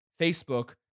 Facebook